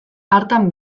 hartan